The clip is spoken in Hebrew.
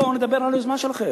בואו נדבר על היוזמה שלכם.